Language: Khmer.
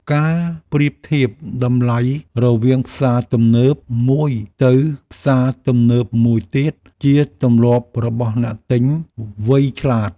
ការប្រៀបធៀបតម្លៃរវាងផ្សារទំនើបមួយទៅផ្សារទំនើបមួយទៀតជាទម្លាប់របស់អ្នកទិញ វៃឆ្លាត។